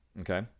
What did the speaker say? okay